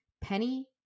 Penny